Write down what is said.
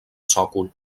sòcol